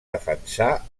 defensar